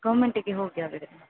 ಗೌರ್ಮೆಂಟಿಗೆ ಹೋಗಿ ಹಾಗಾದರೆ